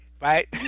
right